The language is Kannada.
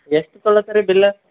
ಎಷ್ಟು ತೊಳ್ಳತ್ತೀರಿ ಬಿಲ್ಲ